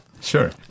Sure